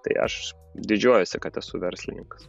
tai aš didžiuojuosi kad esu verslininkas